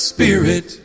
Spirit